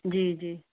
जी जी